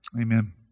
Amen